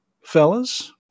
fellas